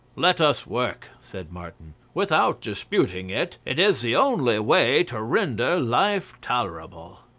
let us work, said martin, without disputing it it is the only way to render life tolerable.